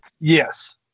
Yes